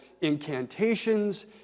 incantations